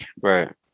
Right